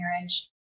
marriage